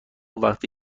وقتی